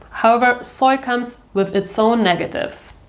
however, soy comes with its own negatives.